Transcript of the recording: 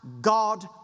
God